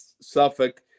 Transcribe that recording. Suffolk